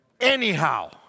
anyhow